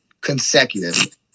Consecutive